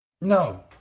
No